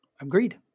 agreed